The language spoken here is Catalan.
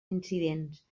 incidents